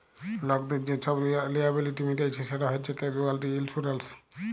লকদের যে ছব লিয়াবিলিটি মিটাইচ্ছে সেট হছে ক্যাসুয়ালটি ইলসুরেলস